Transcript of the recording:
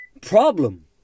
problem